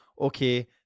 okay